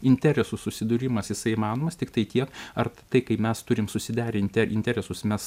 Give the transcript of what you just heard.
interesų susidūrimas jisai įmanomas tiktai tiek ar tai kai mes turime susiderinti interesus mes